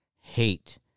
hate